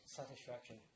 satisfaction